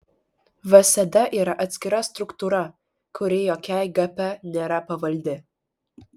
vsd yra atskira struktūra kuri jokiai gp nėra pavaldi